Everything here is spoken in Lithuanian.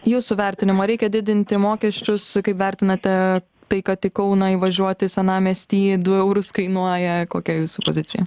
jūsų vertinimu ar reikia didinti mokesčius kaip vertinate tai kad į kauną įvažiuot į senamiestį du eurus kainuoja kokia jūsų pozicija